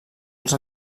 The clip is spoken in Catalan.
els